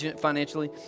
financially